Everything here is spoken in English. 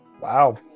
Wow